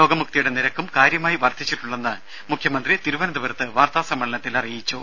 രോഗമുക്തിയുടെ നിരക്കും കാര്യമായി വർദ്ധിച്ചിട്ടുണ്ടെന്ന് മുഖ്യമന്ത്രി തിരുവനന്തപുരത്ത് പറഞ്ഞു